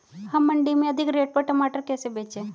हम मंडी में अधिक रेट पर टमाटर कैसे बेचें?